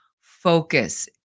focus